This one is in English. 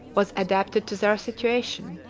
was adapted to their situation,